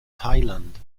thailand